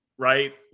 Right